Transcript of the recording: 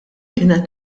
kienet